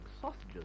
sausages